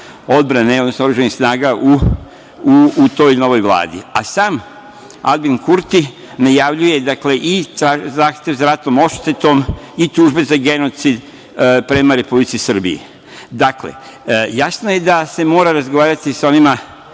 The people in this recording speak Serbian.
odbrane, odnosno oružanih snaga u toj novoj vladi, a sam Aljbin Kurti najavljuje i zahtev za ratnom odštetom i tužbe za genocid prema Republici Srbiji. Dakle, jasno je da se mora razgovarati sa onima